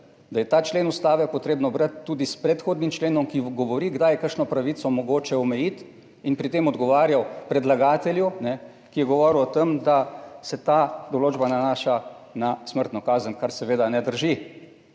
da je ta člen Ustave potrebno brati tudi s predhodnim členom, ki govori kdaj je kakšno pravico mogoče omejiti in pri tem odgovarjal predlagatelju, ki je govoril o tem, da se ta določba nanaša na smrtno kazen, kar seveda ne drži,